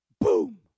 Boom